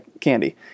candy